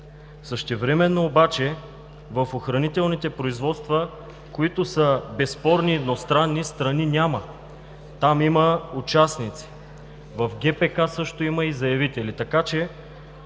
Същевременно обаче, в охранителните производства, които са безспорни, но странни – страни няма, там има участници. В ГПК също има и заявители.